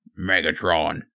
Megatron